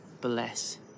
bless